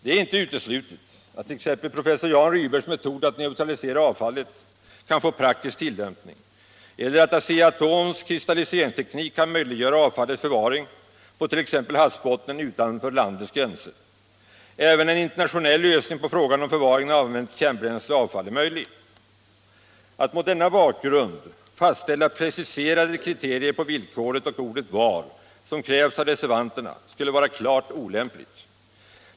Det är inte uteslutet att t.ex. professor Jan Rydbergs metod att neutralisera avfallet kan få prak = Nr 107 tisk tillämpning eller att Asea-Atoms kristalliseringsteknik kan möjlig Torsdagen den göra avfallets förvaring på t.ex. havsbottnen utanför landets gränser. 14 april 1977 Aven en internationell lösning på frågan om förvaringen av använt kärnbränsle och avfall är möjlig. Att mot denna bakgrund fastställa preciserade = Särskilt tillstånd att kriterier på villkoren och ordet ”var”, som krävs av reservanterna, skulle = tillföra kärnreakvara klart olämplig.